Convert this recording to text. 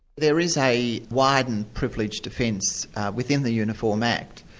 there is a widened privilege defence within the uniform act,